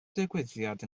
digwyddiad